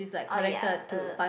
oh ya uh